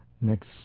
next